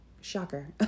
shocker